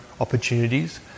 opportunities